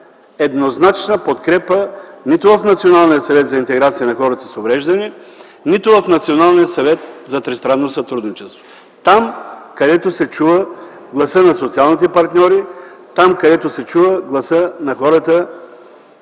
еднозначна подкрепа нито в Националния съвет за интеграция на хората с увреждания, нито в Националния съвет за тристранно сътрудничество. Там, където се чува гласът на социалните партньори, където се чува гласът на хората,